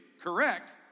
correct